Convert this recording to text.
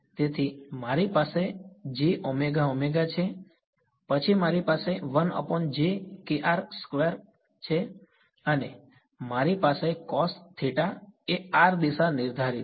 તેથી મારી પાસે છે પછી મારી પાસે છે અને મારી સાથે એ દિશા નિર્ધારિત છે